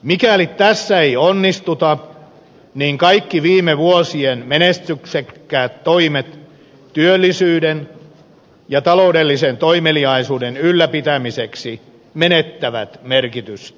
mikäli tässä ei onnistuta niin kaikki viime vuosien menestyksekkäät toimet työllisyyden ja taloudellisen toimeliaisuuden ylläpitämiseksi menettävät merkitystään